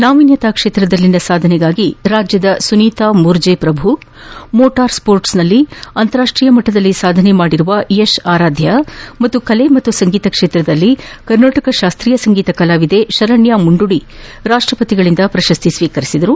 ನಾವೀನ್ಯತಾ ಕ್ಷೇತ್ರದಲ್ಲಿನ ಸಾಧನೆಗಾಗಿ ರಾಜ್ಯದ ಸುನೀತಾ ಮೂರ್ಜೆ ಪ್ರಭು ಮೋಟಾರ್ ಸ್ಪೋರ್ಟ್ಸ್ನಲ್ಲಿ ಅಂತಾರಾಷ್ಟೀಯ ಮಟ್ಟದಲ್ಲಿ ಸಾಧನೆ ಮಾದಿರುವ ಯಶ್ ಆರಾದ್ಯ ಹಾಗೂ ಕಲೆ ಮತ್ತು ಸಂಗೀತ ಕ್ಷೇತ್ರದಲ್ಲಿ ಕರ್ನಾಟಕ ಶಾಸ್ತ್ರೀಯ ಸಂಗೀತ ಕಲಾವಿದೆ ಶರಣ್ಯ ಮುಂಡುದಿ ರಾಷ್ಟಪತಿ ಅವರಿಂದ ಪ್ರಶಸ್ತಿ ಸ್ವೀಕರಿಸಿದರು